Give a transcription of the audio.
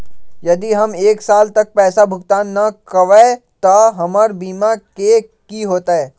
यदि हम एक साल तक पैसा भुगतान न कवै त हमर बीमा के की होतै?